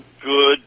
good